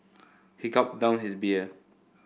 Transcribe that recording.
he gulped down his beer